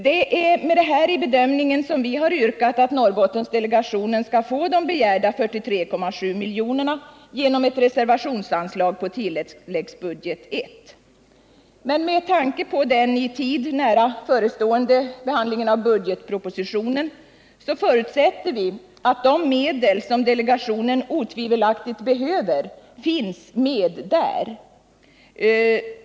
Det är med detta i bedömningen som vi yrkat att Norrbottendelegationen får de begärda 43,7 miljonerna genom ett reservationsanslag på tilläggsbudget I Med tanke på den i tiden nära förestående behandlingen av budgetpropositionen förutsätter vi att de medel som delegationen otvivelaktigt behöver finns med där.